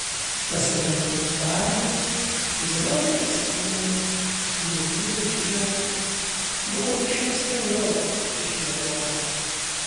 pasibaigus darbui zelionkės įmonėje juvelyrai žinoma buvo išmesti lauk iš jo bloko